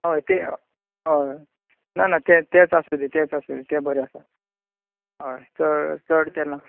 हय ते हय ना ना तेंच तेंच आसुनी तेंच आसुनी तें बरें आसा हय चड तें नाका